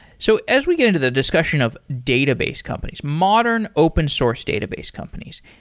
so as we get into the discussion of database companies, modern open source database companies,